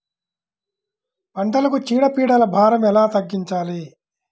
పంటలకు చీడ పీడల భారం ఎలా తగ్గించాలి?